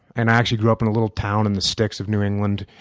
and i actually grew up in a little town in the sticks of new england.